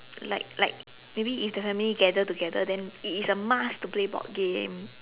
like like maybe if the family gather together then it is a must to play board game